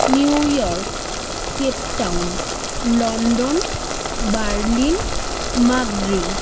new York Cape Town London Berlin Madrid